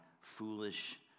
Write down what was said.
foolish